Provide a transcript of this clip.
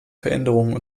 veränderungen